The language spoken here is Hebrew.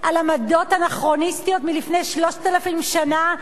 על עמדות אנכרוניסטיות מלפני 3,000 שנה,